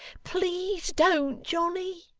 please don't, johnny